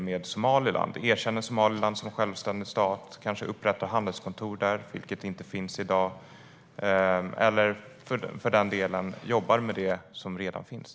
Man skulle kunna erkänna Somaliland som självständig stat, upprätta handelskontor där, vilket inte finns i dag, eller, för den delen, jobba med det som redan finns.